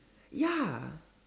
ya